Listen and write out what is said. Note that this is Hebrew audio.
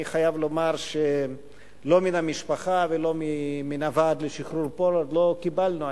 אני חייב לומר שלא מן המשפחה ולא מן הוועד לשחרור פולארד לא קיבלנו.